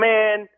Man